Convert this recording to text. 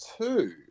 two